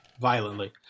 Violently